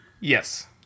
Yes